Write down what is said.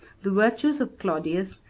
the virtues of claudius,